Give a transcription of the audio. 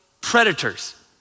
predators